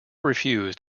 refused